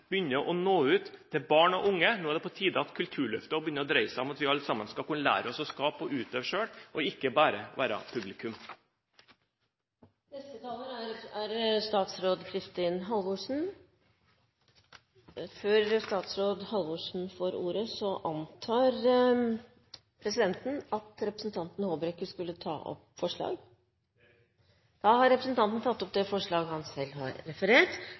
begynner å nå ut til barn og unge, nå er det på tide at Kulturløftet også begynner å dreie seg om at vi alle sammen skal kunne lære oss å skape og utøve selv, ikke bare være publikum. Jeg tar opp forslag nr. 1, fra Kristelig Folkeparti. Representanten Øyvind Håbrekke har tatt opp det forslaget han refererte til. Det er vel fortjent at Stortinget har anledning til å diskutere kulturskoletilbudet rundt omkring, selv